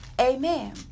Amen